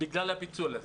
בגלל הפיצול הזה.